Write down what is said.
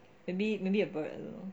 maybe maybe a bird also